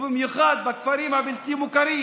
במיוחד בכפרים הבלתי-מוכרים.